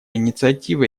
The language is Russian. инициатива